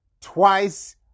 twice